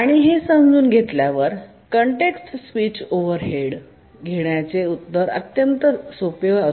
आणि हे समजून घेतल्यावर कॉन्टेक्स्ट स्विच ओव्हरहेड घेण्याचे उत्तर अत्यंत सोपे होते